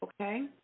okay